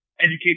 educate